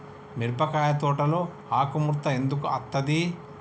మిరపకాయ తోటలో ఆకు ముడత ఎందుకు అత్తది?